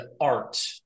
art